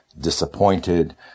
disappointed